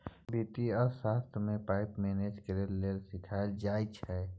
बित्तीय अर्थशास्त्र मे पाइ केँ मेनेज करय लेल सीखाएल जाइ छै